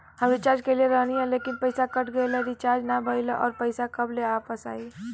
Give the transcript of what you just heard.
हम रीचार्ज कईले रहनी ह लेकिन पईसा कट गएल ह रीचार्ज ना भइल ह और पईसा कब ले आईवापस?